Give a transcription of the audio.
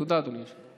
תודה, אדוני היושב-ראש.